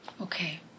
okay